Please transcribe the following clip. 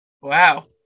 Wow